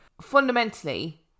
Fundamentally